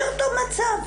זה אותו מצב.